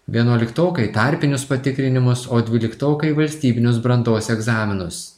vienuoliktokai tarpinius patikrinimus o dvyliktokai valstybinius brandos egzaminus